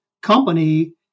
company